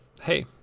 hey